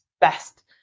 best